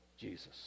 Jesus